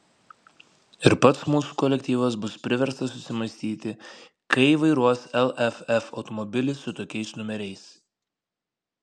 ir pats mūsų kolektyvas bus priverstas susimąstyti kai vairuos lff automobilį su tokiais numeriais